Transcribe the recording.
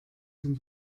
sind